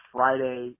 Friday